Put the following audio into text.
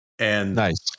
Nice